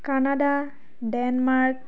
Canada Denmark